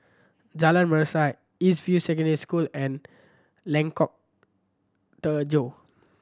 Jalan Mesra East View Secondary School and Lengkok Tujoh